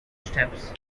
steps